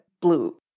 blue